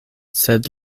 sed